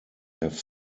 have